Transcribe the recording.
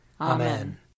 Amen